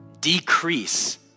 decrease